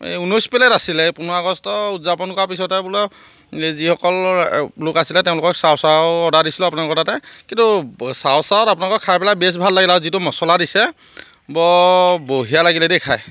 এই ঊনৈছ প্লেট আছিলে পোন্ধৰ আগষ্ট উদযাপন কৰাৰ পিছতে বোলো যিসকলৰ লোক আছিলে তেওঁলোকক চাও চাও অৰ্ডাৰ দিছিলোঁ আপোনালোকৰ তাতে কিন্তু চাও চাওত আপোনালোকৰ খাই পেলাই বেছ ভাল লাগিলে আৰু যিটো মছলা দিছে বৰ বঢ়িয়া লাগিলে দেই খাই